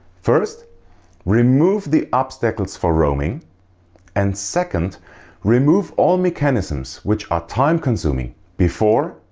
first remove the obstacles for roaming and second remove all mechanisms which are time consuming before,